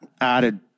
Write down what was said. added